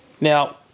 Now